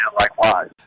Likewise